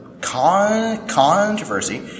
controversy